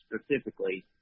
specifically